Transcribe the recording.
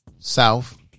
South